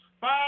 five